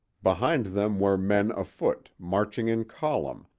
behind them were men afoot, marching in column,